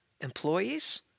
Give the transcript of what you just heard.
employees